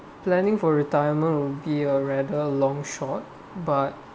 planning for retirement will be a rather long shot but